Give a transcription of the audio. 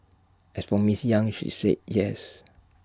as for miss yang she said yes